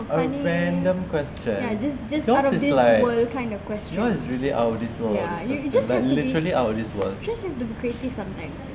a random question you know what is like you know what is really out of this world ah these questions like literally out of this world